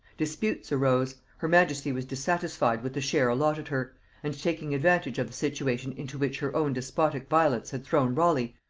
disputes arose her majesty was dissatisfied with the share allotted her and taking advantage of the situation into which her own despotic violence had thrown raleigh,